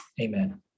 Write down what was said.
Amen